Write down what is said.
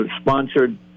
sponsored